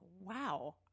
wow